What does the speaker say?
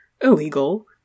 illegal